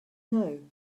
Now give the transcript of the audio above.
know